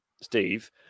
Steve